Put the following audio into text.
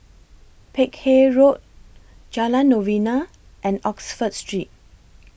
Peck Hay Road Jalan Novena and Oxford Street